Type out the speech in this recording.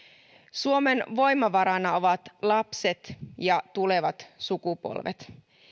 suomen voimavarana ovat lapset ja tulevat sukupolvet